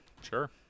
Sure